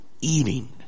eating